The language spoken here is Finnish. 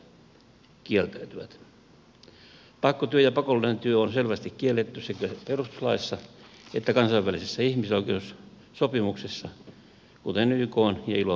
pakkotyö ja pakollinen työ on selvästi kielletty sekä perustuslaissa että kansainvälisissä ihmisoikeussopimuksissa kuten ykn ja ilon sopimuksissa